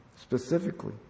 specifically